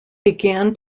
began